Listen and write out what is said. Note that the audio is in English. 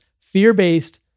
fear-based